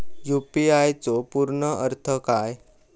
UPI चो पूर्ण अर्थ काय?